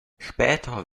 später